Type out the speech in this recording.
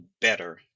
better